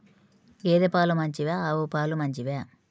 గేద పాలు మంచివా ఆవు పాలు మంచివా?